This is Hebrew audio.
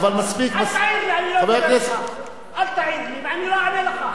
אבל מספיק, אל תעיר לי, אני לא אענה לך.